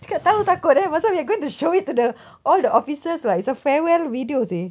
cakap tahu takut eh we are going to show it to the all the officers what it's a farewell video seh